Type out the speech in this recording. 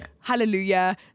Hallelujah